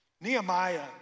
Nehemiah